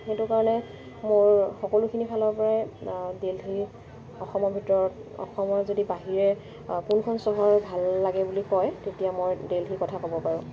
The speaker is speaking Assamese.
সেইটো কাৰণে মোৰ সকলোখিনি ফালৰ পৰাই দেলহী অসমৰ ভিতৰত অসমত যদি বাহিৰে কোনখন চহৰ ভাল লাগে বুলি কয় তেতিয়া মই দেলহীৰ কথা ক'ব পাৰোঁ